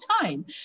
time